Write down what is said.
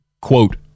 quote